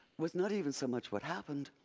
was not even so much what happened,